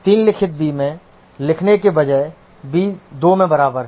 3 लिखित b में लिखने के बजाय b 2 में बराबर है